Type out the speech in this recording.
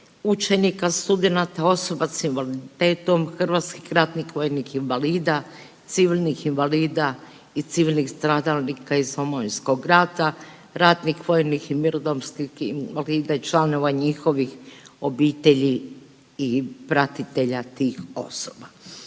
učenika, studenata, osoba sa invaliditetom, hrvatskih ratnih vojnih invalida, civilnih invalida i civilnih stradalnika iz Domovinskog rata, ratnih vojnih i mirnodopskih invalida i članova njihovih obitelji i pratitelja tih osoba.